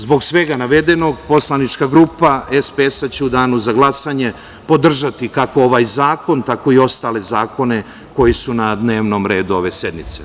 Zbog svega navedenog poslanička grupa SPS će u danu za glasanje podržati kako ovaj zakon tako i ostale zakone koji su na dnevnom redu ove sednice.